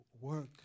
work